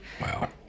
Wow